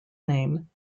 name